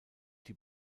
die